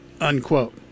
unquote